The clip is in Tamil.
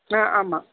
ஆமாம்